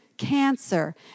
Cancer